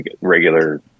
regular